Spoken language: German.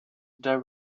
der